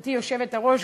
גברתי היושבת-ראש,